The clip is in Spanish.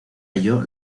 ello